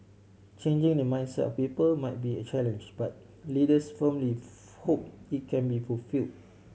changing the mindset of people might be a challenge but leaders firmly hope it can be fulfil